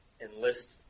enlist